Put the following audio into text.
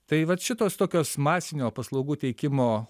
tai vat šitos tokios masinio paslaugų teikimo